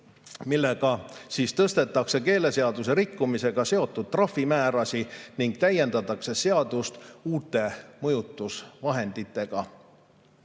millega tõstetakse keeleseaduse rikkumisega seotud trahvimäärasid ning täiendatakse seadust uute mõjutusvahenditega.